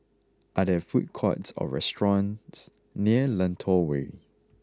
are there food courts or restaurants near Lentor Way